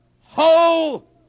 Whole